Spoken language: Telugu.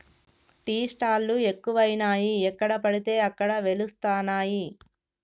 టీ స్టాల్ లు ఎక్కువయినాయి ఎక్కడ పడితే అక్కడ వెలుస్తానయ్